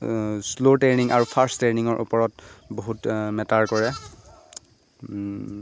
slow training আৰু fast ট্ৰেইনিঙৰ ওপৰত বহুত মেটাৰ কৰে